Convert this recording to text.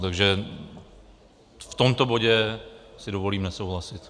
Takže v tomto bodě si dovolím nesouhlasit.